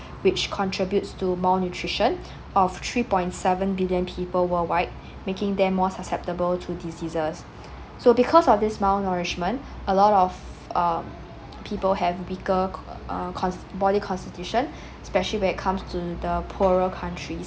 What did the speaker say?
which contributes to malnutrition of three point seven billion people worldwide making them more susceptible to diseases so because of this malnourishment a lot of uh people have bigger uh con~ uh body constitution especially when it comes to the poorer countries